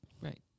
Right